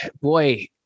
Boy